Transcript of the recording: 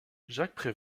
jacques